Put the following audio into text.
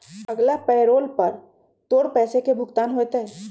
अगला पैरोल पर तोर पैसे के भुगतान होतय